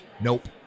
nope